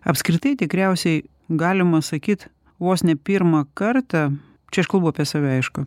apskritai tikriausiai galima sakyt vos ne pirmą kartą čia aš kalbu apie save aišku